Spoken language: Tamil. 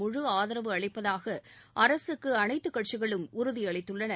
முழு ஆதரவு அளிப்பதாக அரசுக்கு அனைத்துக்கட்சிகளும் உறுதியளித்துள்ளன